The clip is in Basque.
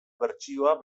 bertsioa